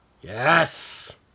Yes